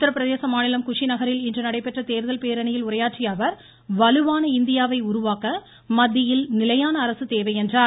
உத்தரப்பிரதேச மாநிலம் குஷி நகரில் இன்று நடைபெற்ற தேர்தல் பேரணியில் உரையாற்றிய அவர் வலுவான இந்தியாவை உருவாக்க மத்தியில் நிலையான அரசு தேவை என்றார்